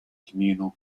communal